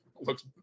looks